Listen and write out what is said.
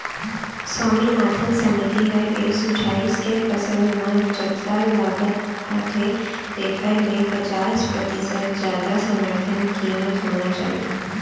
स्वामीनाथन समिति ह ए सुझाइस के फसल म जतका लागत आथे तेखर ले पचास परतिसत जादा समरथन कीमत होना चाही